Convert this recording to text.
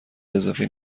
اضافی